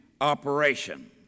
operation